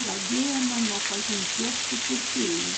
pradėjome nuo pažinties su pirkėju